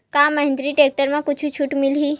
का महिंद्रा टेक्टर म कुछु छुट मिलही?